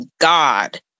God